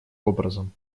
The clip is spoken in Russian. образом